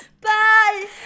Bye